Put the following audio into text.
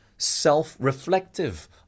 self-reflective